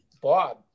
Bob